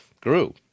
grew